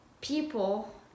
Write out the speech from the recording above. people